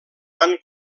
van